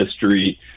history